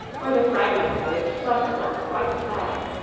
where the fragments of it fluttered like a white flag.